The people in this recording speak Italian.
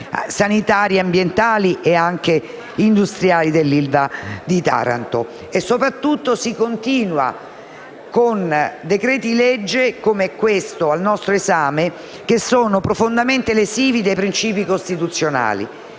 sanitari, ambientali e anche industriali dell'ILVA di Taranto. È soprattutto, si continua a intervenire con decreti-legge, come questo al nostro esame, profondamente lesivi dei principi costituzionali.